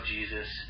Jesus